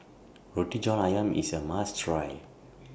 Roti John Ayam IS A must Try